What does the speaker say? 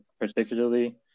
particularly